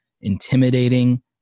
intimidating